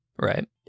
Right